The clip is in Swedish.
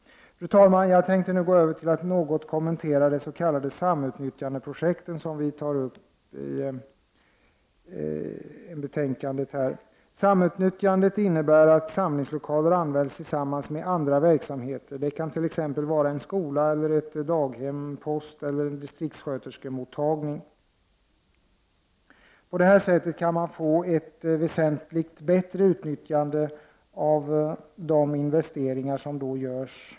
Fru talman! Jag tänker nu gå över till att kommentera de s.k. samnyttjandeprojekten. Samnyttjande innebär att samlingslokalen används tillsammans med andra verksamheter. Det kan t.ex. vara en skola, ett daghem, post eller distriktssköterskemottagning. På detta sätt kan ett väsentligt bättre utnyttjande uppnås av de investeringar som gjorts.